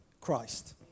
Christ